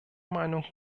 meinung